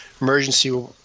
emergency